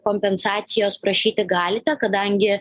kompensacijos prašyti galite kadangi